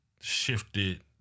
shifted